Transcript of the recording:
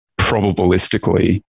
probabilistically